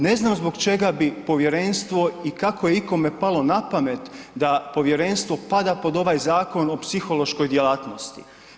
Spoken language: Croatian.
Ne znam zbog čega bi povjerenstvo i kako je ikome palo napamet da povjerenstvo pada pod ovaj Zakon o psihološkoj djelatnosti.